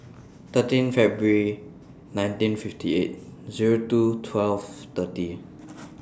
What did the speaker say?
thirteen February nineteen fifty eight Zero two twelve thirty